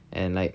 and like